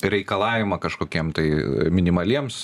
reikalavimą kažkokiem tai minimaliems